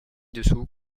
dessous